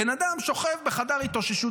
בן אדם שוכב בחדר התאוששות,